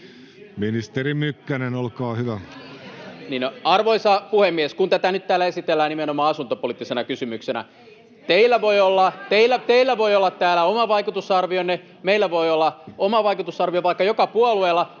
Time: 16:05 Content: Arvoisa puhemies! Kun tätä nyt täällä esitellään nimenomaan asuntopoliittisena kysymyksenä, teillä voi olla täällä oma vaikutusarvionne, meillä voi olla oma vaikutusarviomme, vaikka joka puolueella.